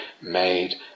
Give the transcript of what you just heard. made